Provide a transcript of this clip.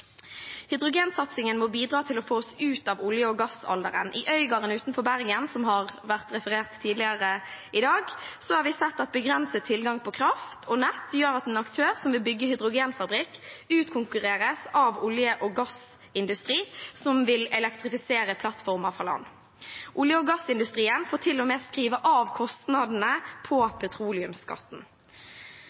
Hydrogensatsingen må bidra til å få oss ut av olje- og gassalderen. I Øygarden utenfor Bergen, som har vært referert til tidligere i dag, har vi sett at begrenset tilgang på kraft og nett gjør at en aktør som vil bygge hydrogenfabrikk, utkonkurreres av olje- og gassindustri som vil elektrifisere plattformer fra land. Olje- og gassindustrien får til og med skrive av kostnadene på petroleumsskatten.